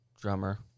drummer